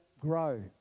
grow